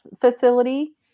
facility